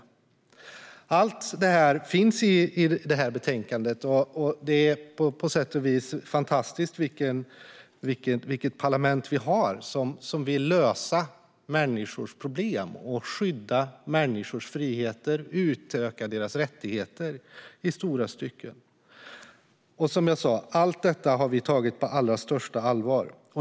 Allt detta finns i betänkandet. Det är på sätt och vis fantastiskt vilket parlament vi har, som vill lösa människors problem, skydda deras friheter och utöka deras rättigheter i stora stycken. Allt detta har vi, som jag sa, tagit på allra största allvar.